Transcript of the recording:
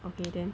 okay then